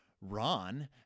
Ron